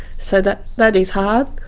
so that that is hard,